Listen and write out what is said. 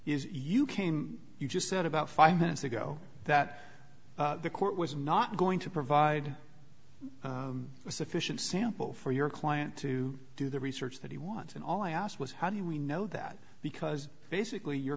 you came you just said about five minutes ago that the court was not going to provide a sufficient sample for your client to do the research that he wants and all i asked was how do we know that because basically your